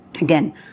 again